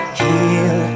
heal